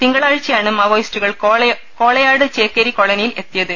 തിങ്കളാഴ്ചയാണ് മാവോയിസ്റ്റുകൾ കോളയാട് ചേക്കേരി കോളനിയിൽ എത്തിയത്